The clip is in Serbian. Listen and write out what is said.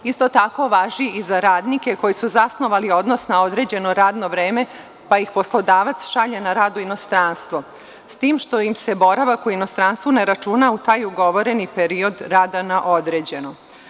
Isto tako važi i za radnike koji su zasnovali odnos na određeno radno vreme, pa ih poslodavac šalje na rad u inostranstvo, s tim što im se boravak u inostranstvu ne računa u taj ugovoreni period rada na određeno.